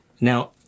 Now